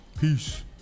peace